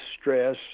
stress